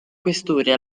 questura